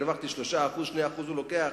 הרווחתי 3% ומזה 2% הוא לוקח,